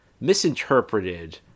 misinterpreted